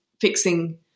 fixing